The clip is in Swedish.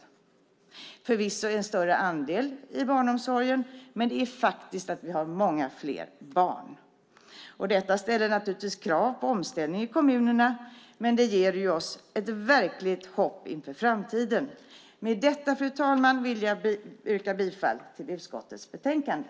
Det är förvisso en större andel i barnomsorgen, men vi har många fler barn. Detta ställer naturligtvis krav på omställning i kommunerna, men det ger oss ett verkligt hopp inför framtiden. Med detta, fru talman, vill jag yrka bifall till förslaget i utskottets betänkande.